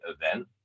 event